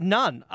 none